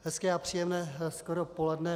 Hezké a příjemné skoro poledne.